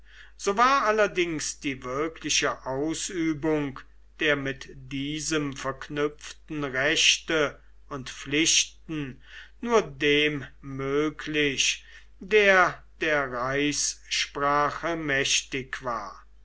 so war allerdings die wirkliche ausübung der mit diesem verknüpften rechte und pflichten nur dem möglich der der reichssprache mächtig war